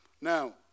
Now